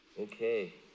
Okay